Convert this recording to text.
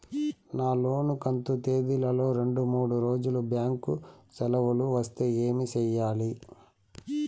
నా లోను కంతు తేదీల లో రెండు మూడు రోజులు బ్యాంకు సెలవులు వస్తే ఏమి సెయ్యాలి?